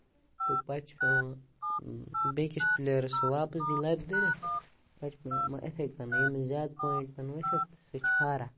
تہٕ پَتہٕ چھُ پیوان بیٚیہِ کِس پِلیرَس واپَس دِتھ لَبہِ دٲرِتھ مَگر ییٚمِس زیادٕ پوٚیِنٹ سُہ چھُ ہاران